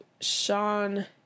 Sean